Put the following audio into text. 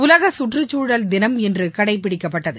உலக கற்றுச்சூழல் தினம் இன்று கடைபிடிக்கப்பட்டது